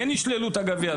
כן ישללו את הגביע,